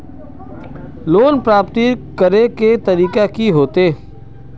Loan प्राप्त करे के तरीका की होते?